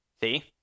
See